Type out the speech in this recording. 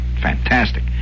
Fantastic